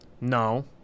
No